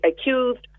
accused